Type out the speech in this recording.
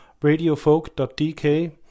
RadioFolk.dk